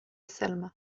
selma